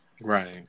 right